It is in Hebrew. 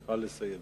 את צריכה לסיים.